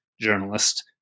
journalist